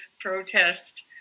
protest